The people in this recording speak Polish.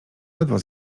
ledwo